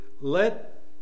let